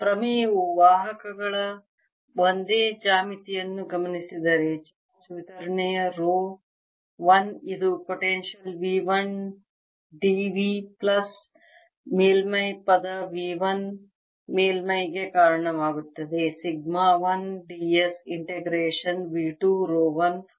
ಪ್ರಮೇಯವು ವಾಹಕಗಳ ಒಂದೇ ಜ್ಯಾಮಿತಿಯನ್ನು ಗಮನಿಸಿದರೆ ಚಾರ್ಜ್ ವಿತರಣೆ ರೋ 1 ಇದು potential V 1 d v plus ಮೇಲ್ಮೈ ಪದ V 1 ಮೇಲ್ಮೈಗೆ ಕಾರಣವಾಗುತ್ತದೆ sigma 1 d s integration V 2 rho 1 r d V plus V 2 ಮೇಲ್ಮೈ ಸಿಗ್ಮಾ 1 d s